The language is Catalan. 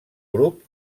grup